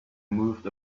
moved